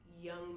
young